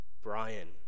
Brian